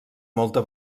molta